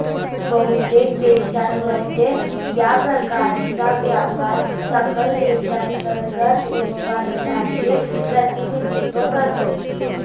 बहुतेक देशांमध्ये, या प्रकारचा व्यापार सकल देशांतर्गत उत्पादनाचे प्रतिनिधित्व करतो